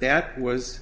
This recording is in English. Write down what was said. that was